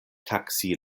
taksi